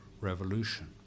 Revolution